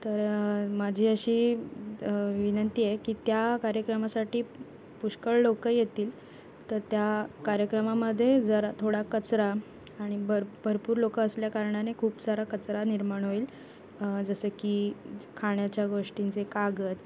तर माझी अशी विनंती आहे की त्या कार्यक्रमासाठी पुष्कळ लोक येतील तर त्या कार्यक्रमामध्ये जरा थोडा कचरा आणि भर भरपूर लोक असल्याकारणाने खूप सारा कचरा निर्माण होईल जसं की खाण्याच्या गोष्टींचे कागद